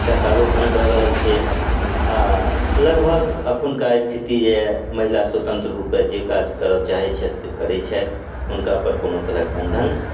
सरकारो सङ्ग दऽ रहल छै आ लगभग अखुनका स्थिति जे महिला स्वतन्त्र रूपमे जे काज करऽ चाहै छथि से करै छथि हुनका पर कोनो तरहक बन्धन